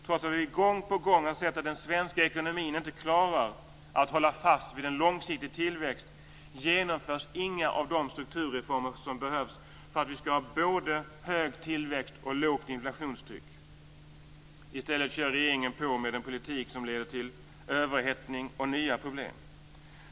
Trots att vi gång på gång har sett att den svenska ekonomin inte klarar att hålla fast vid en långsiktig tillväxt, genomförs inga av de strukturreformer som behövs för att vi ska ha både hög tillväxt och lågt inflationstryck. I stället kör regeringen på med den politik som leder till överhettning och nya problem.